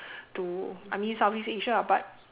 to I mean Southeast-Asia lah but